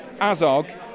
Azog